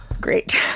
Great